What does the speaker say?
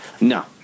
No